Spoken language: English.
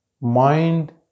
mind